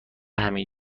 همین